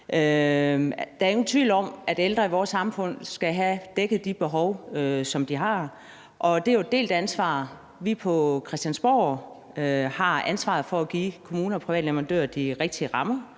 Der er ingen tvivl om, at ældre i vores samfund skal have dækket de behov, som de har, og det er jo et delt ansvar. Vi på Christiansborg har ansvaret for at give kommuner og private leverandører de rigtige rammer,